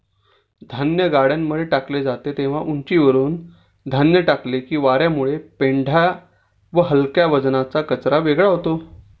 धान्य गाड्यांमध्ये टाकले जाते तेव्हा उंचीवरुन धान्य टाकले की वार्यामुळे पेंढा व हलक्या वजनाचा कचरा वेगळा होतो